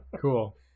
cool